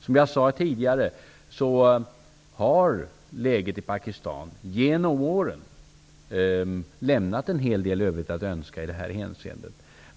Som jag sade tidigare har läget i Pakistan genom åren lämnat en hel del övrigt att önska i detta hänseende.